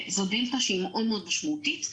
זאת דלתא שהיא משמעותית מאוד.